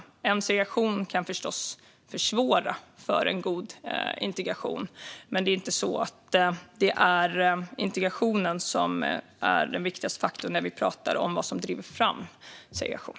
Segregation kan förstås försvåra en god integration, men det är inte integrationen som är den viktigaste faktorn när vi pratar om vad som driver fram segregation.